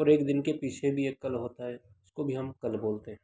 उर एक दिन के पीछे भी एक कल होता है उसको भी हम कल बोलते हैं